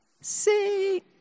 sing